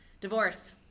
divorce